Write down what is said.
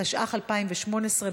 התשע"ח 2018,